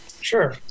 Sure